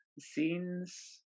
scenes